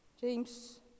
James